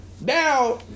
Now